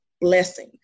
blessing